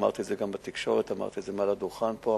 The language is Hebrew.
אמרתי את זה גם בתקשורת ואמרתי את זה גם מעל הדוכן פה.